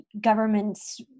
governments